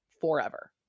forever